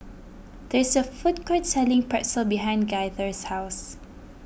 there is a food court selling Pretzel behind Gaither's house